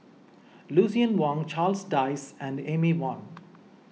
Lucien Wang Charles Dyce and Amy Van